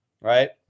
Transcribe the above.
right